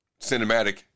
cinematic